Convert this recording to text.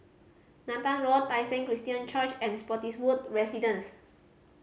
Nathan Road Tai Seng Christian Church and Spottiswoode Residence